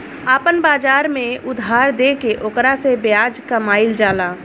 आपना बाजार में उधार देके ओकरा से ब्याज कामईल जाला